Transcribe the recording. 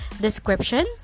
description